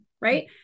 right